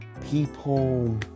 people